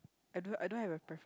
I don't I don't have a pref~